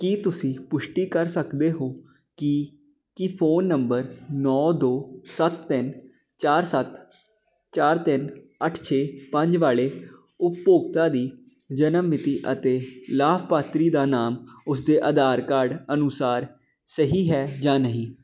ਕੀ ਤੁਸੀਂ ਪੁਸ਼ਟੀ ਕਰ ਸਕਦੇ ਹੋ ਕਿ ਕੀ ਫੋਨ ਨੰਬਰ ਨੌਂ ਦੋ ਸੱਤ ਤਿੰਨ ਚਾਰ ਸੱਤ ਚਾਰ ਤਿੰਨ ਅੱਠ ਛੇ ਪੰਜ ਵਾਲੇ ਉਪਭੋਗਤਾ ਦੀ ਜਨਮ ਮਿਤੀ ਅਤੇ ਲਾਭਪਾਤਰੀ ਦਾ ਨਾਮ ਉਸ ਦੇ ਆਧਾਰ ਕਾਰਡ ਅਨੁਸਾਰ ਸਹੀ ਹੈ ਜਾਂ ਨਹੀਂ